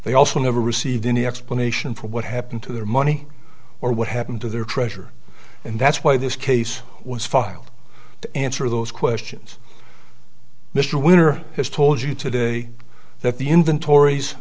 they also never received any explanation for what happened to their money or what happened to their treasure and that's why this case was filed to answer those questions mr winter has told you today that the inventories